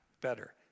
better